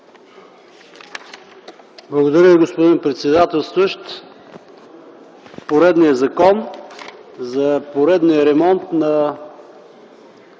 Благодаря, господин председателстващ. Поредният закон за поредния ремонт на